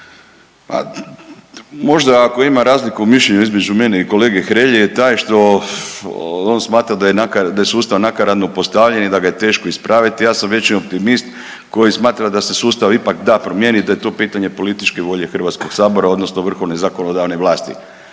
Možda ako ima razlike u mišljenju između mene i kolege Hrelje je taj što on smatra da je sustav nakaradno postavljen i da ga je teško ispraviti. Ja sam veći optimist koji smatra da se sustav ipak da promijeniti, da je to pitanje političke volje Hrvatskog sabora, odnosno vrhovne zakonodavne vlasti.